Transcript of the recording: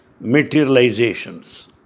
materializations